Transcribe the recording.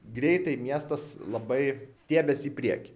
greitai miestas labai stiebiasi į priekį